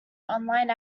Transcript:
online